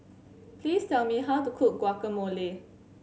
please tell me how to cook Guacamole